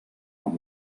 amb